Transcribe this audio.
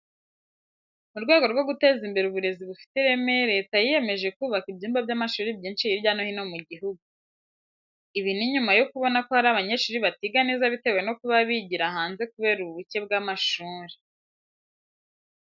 Mu rwego rwo guteza imbere uburezi bufite ireme Leta yiyemeje kubaka ibyumba by'amashuri byinshi hirya no hino mu gihugu. Ibi ni nyuma yo kubona ko hari abanyeshuri batiga neza bitewe no kuba bigira hanze kubera ubuke bw'amashuri.